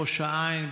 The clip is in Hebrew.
ראש העין,